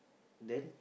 then